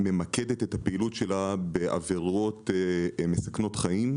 המשטרה ממקדת את הפעילות שלה בעבירות מסכנות חיים,